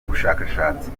ubushakashatsi